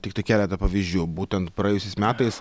tiktai keletą pavyzdžių būtent praėjusiais metais